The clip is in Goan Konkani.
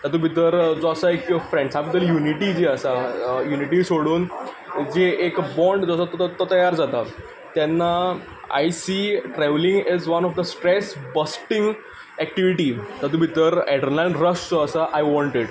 तातूंत भितर जो एक आसा एक फ्रेंड्सा भितर जी युनिटी जी आसा युनिटी सोडून जें एक बॉन्ड जो आसा तुका तो तयार जाता तेन्ना I see travelling as one of my stress bursting activity तातूंत भितर एड्रनलिनान रश जो आसा आय वॉंट इट